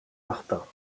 martin